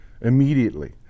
immediately